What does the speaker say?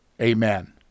Amen